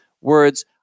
words